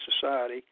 society